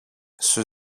σου